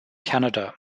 canada